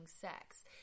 sex